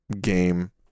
game